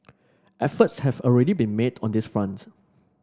efforts have already been made on this front